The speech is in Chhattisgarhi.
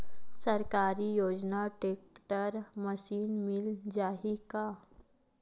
सरकारी योजना टेक्टर मशीन मिल जाही का?